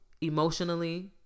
emotionally